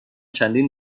چندین